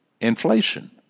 inflation